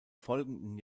folgenden